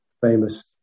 famous